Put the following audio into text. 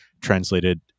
translated